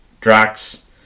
Drax